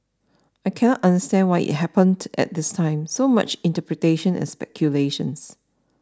I cannot understand why it happened at this time so much interpretation and speculation